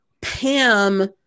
pam